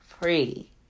free